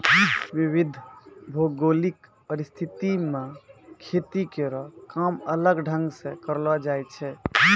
विविध भौगोलिक परिस्थिति म खेती केरो काम अलग ढंग सें करलो जाय छै